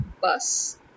bus